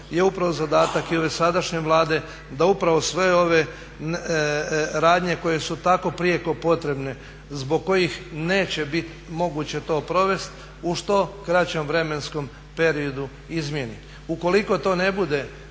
i upravo je zadatak i ove sadašnje Vlade da upravo sve ove radnje koje su tako prijeko potrebne, zbog kojih neće biti moguće to provest, u što kraćem vremenskom periodu izmijeni. Ukoliko to ne bude